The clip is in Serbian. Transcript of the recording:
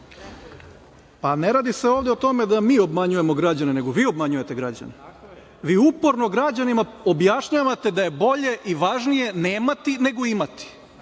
ne radi se ovde o tome da mi obmanjujemo građane, nego vi obmanjujete građane. Vi uporno građanima objašnjavate da je bolje i važnije nemati nego imati